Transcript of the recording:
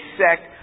sect